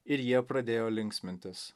ir jie pradėjo linksmintis